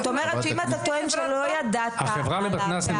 זאת אומרת שאם אתה טוען שלא ידעת על הפערים האלה,